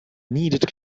needed